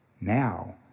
Now